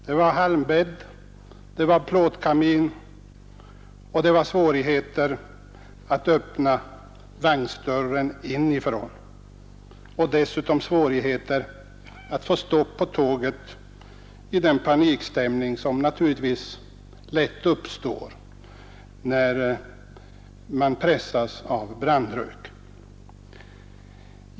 Det var halmbädd, det var plåtkamin, och det var svårigheter att öppna vagnsdörren inifrån samt dessutom svårigheter att få stopp på tåget i den panikstämning som naturligtvis lätt uppstår när man pressas av brandrök.